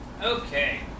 Okay